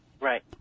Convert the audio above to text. Right